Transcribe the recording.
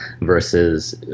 versus